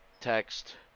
Text